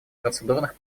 процедурных